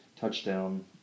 touchdown